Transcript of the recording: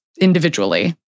individually